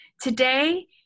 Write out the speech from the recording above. today